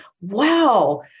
wow